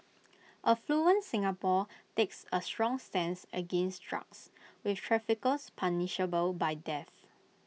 affluent Singapore takes A strong stance against drugs with traffickers punishable by death